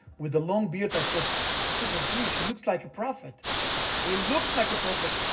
with a long beard, i thought this is a jewish, he looks like a prophet he looked like a prophet,